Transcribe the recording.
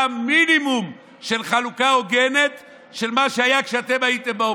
מינימום של חלוקה הוגנת של מה שהיה כשאתם הייתם באופוזיציה.